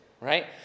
right